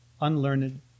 unlearned